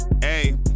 hey